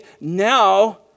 now